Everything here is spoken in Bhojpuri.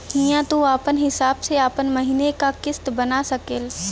हिंया तू आपन हिसाब से आपन महीने का किस्त बना सकेल